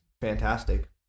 fantastic